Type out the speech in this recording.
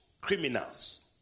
criminals